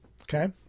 okay